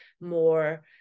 more